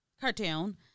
cartoon